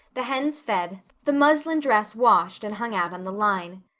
the hens fed, the muslin dress washed and hung out on the line.